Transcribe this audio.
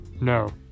no